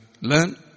learn